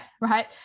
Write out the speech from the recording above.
right